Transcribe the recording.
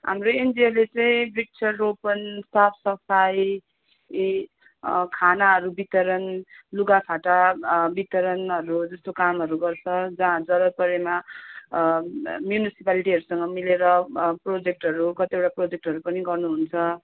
हाम्रो एनजिओले चाहिँ वृक्ष रोपण साफ सफाइ ए खानाहरू वितरण लुगा फाटा वितरणहरू जस्तो कामहरू गर्छ जहाँ जरुरत परेमा म्युनिसिपालिटीहरूसँग मिलेर प्रोजेक्टहरू कतिवटा प्रोजेक्टहरू पनि गर्नु हुन्छ